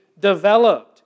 developed